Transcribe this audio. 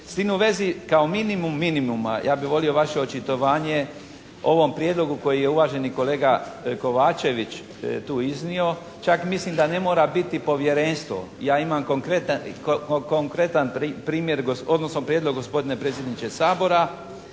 S tim u vezi kao minimum minimuma ja bi volio vaše očitovanje o ovom prijedlogu koji je uvaženi kolega Kovačević tu iznio. Čak mislim da ne mora biti povjerenstvo. Ja imam konkretan primjer, odnosno prijedlog, gospodine predsjedniče Sabora,